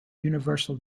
universal